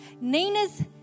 Nina's